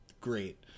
great